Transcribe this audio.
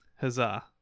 Huzzah